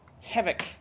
havoc